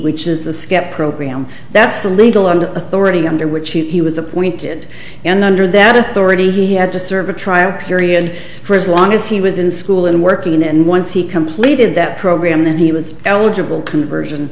which is the skep program that's the legal under authority under which he was appointed and under that authority he had to serve a trial period for as long as he was in school and working and once he completed that program then he was eligible conversion